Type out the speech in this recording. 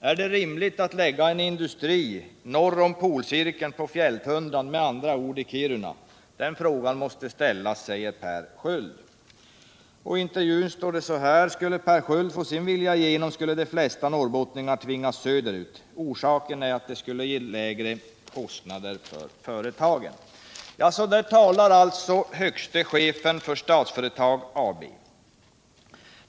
—-- Är det rimligt att lägga en industri norr om Polcirkeln på fjälltundran — med andra ord i Kiruna? Den frågan måste vi ställa oss, säger chefen för Statsföretag Per Sköld.” I intervjun står det vidare: ”Skulle Per Sköld få sin vilja igenom skulle de flesta norrbottningar tvingas flytta söderut. Orsaken är att det skulle ge lägre kostnader för företagen.” Så talar högste chefen för Statsföretag AB.